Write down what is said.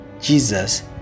Jesus